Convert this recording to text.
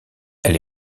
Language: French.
elle